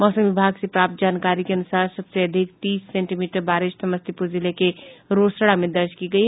मौसम विभाग से प्राप्त जानकारी के अनुसार सबसे अधिक तीस सेंटीमीटर बारिश समस्तीपूर जिले के रोसड़ा में दर्ज की गयी